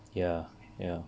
ya ya